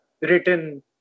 written